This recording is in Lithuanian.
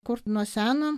kur nuo seno